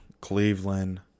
Cleveland